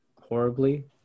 horribly